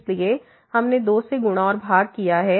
इसलिए हमने 2 से गुणा और भाग किया है